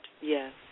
Yes